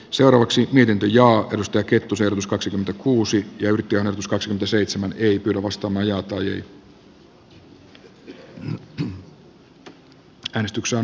seuraavaksi niiden johdosta cetusehdotus kaksikymmentäkuusi jyrki on uskoakseni sitten voittaneesta mietintöä vastaan